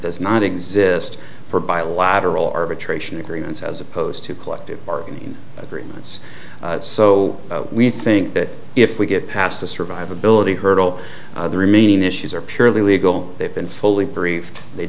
does not exist for bilateral arbitration agreements as opposed to collective bargaining agreements so we think that if we get past the survivability hurdle the remaining issues are purely legal they've been fully briefed they